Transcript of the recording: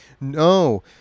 no